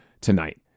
tonight